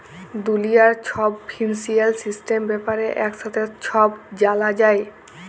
দুলিয়ার ছব financial system ব্যাপারে একসাথে ছব জালা যায়